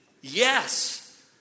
yes